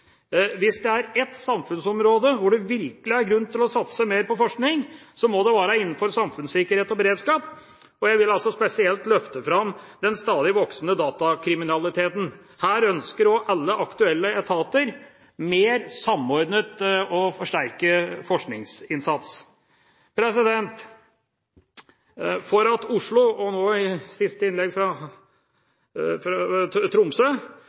Hvis det er et samfunnsområde hvor det virkelig er grunn til å satse mer på forskning, må det være innenfor samfunnssikkerhet og beredskap. Jeg vil spesielt løfte fram den stadig voksende datakriminaliteten. Her ønsker alle aktuelle etater mer samordnet og forsterket forskningsinnsats. For at Oslo, og nå i siste innlegg